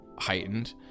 heightened